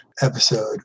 episode